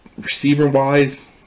receiver-wise